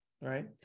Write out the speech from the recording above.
Right